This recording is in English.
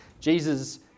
Jesus